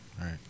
Right